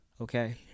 okay